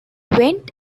went